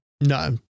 No